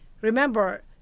remember